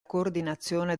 coordinazione